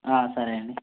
సరే అండి